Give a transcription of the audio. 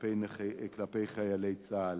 כלפי חיילי צה"ל